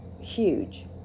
huge